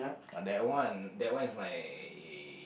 ah that one that one is my